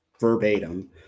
verbatim